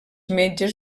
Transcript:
metges